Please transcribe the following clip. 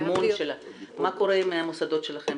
במימון של ה מה קורה עם המוסדות שלכם,